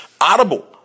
Audible